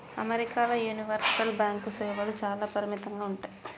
అమెరికాల universal bank సేవలు చాలా అపరిమితంగా ఉంటయ్